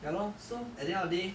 ya lor so at the end of day